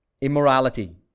Immorality